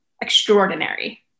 extraordinary